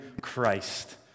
Christ